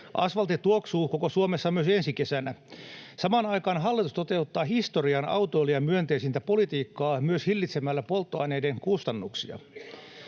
Asfaltti tuoksuu koko Suomessa myös ensi kesänä. Samaan aikaan hallitus toteuttaa historian autoilijamyönteisintä politiikkaa myös hillitsemällä polttoaineiden kustannuksia.